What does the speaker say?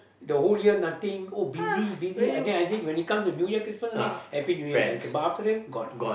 the whole year nothing oh busy busy I think I think when it comes to Christmas New Year only Happy New Year man K but after that gone